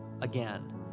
again